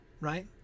right